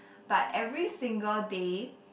but every single day